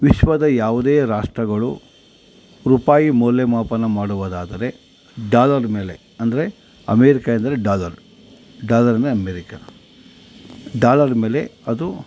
ವಿಶ್ವದ ಯಾವುದೇ ರಾಷ್ಟ್ರಗಳು ರೂಪಾಯಿ ಮೌಲ್ಯಮಾಪನ ಮಾಡುವುದಾದರೆ ಡಾಲರ್ ಮೇಲೆ ಅಂದರೆ ಅಮೇರಿಕಾ ಎಂದರೆ ಡಾಲರ್ ಡಾಲರ್ ಅಂದರೆ ಅಮೇರಿಕಾ ಡಾಲರ್ ಮೇಲೆ ಅದು